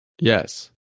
Yes